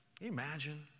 imagine